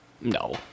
No